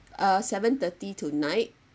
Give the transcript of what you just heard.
uh seven thirty tonight